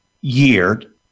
year